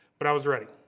but i was ready.